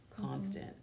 constant